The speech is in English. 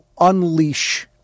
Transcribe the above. unleash